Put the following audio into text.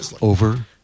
over